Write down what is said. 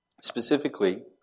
Specifically